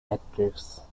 actress